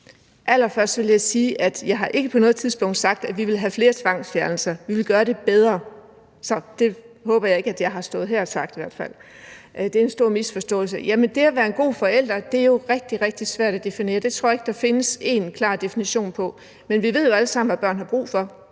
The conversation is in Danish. ikke på noget tidspunkt har sagt, at vi vil have flere tvangsfjernelser, men at vi vil gøre det bedre. Så det håber jeg i hvert fald ikke at jeg har stået her og sagt, for det er en stor misforståelse. Det at være en god forælder er jo rigtig, rigtig svært at definere, og det tror jeg ikke der findes én klar definition på. Men vi ved jo alle sammen, hvad børn har brug for.